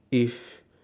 if